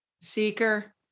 Seeker